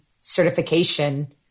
certification